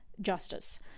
justice